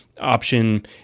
option